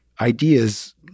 ideas